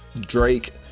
Drake